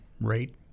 rate